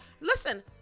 Listen